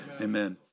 Amen